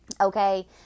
Okay